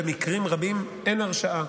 במקרים רבים אין הרשעה.